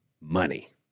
money